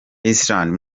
island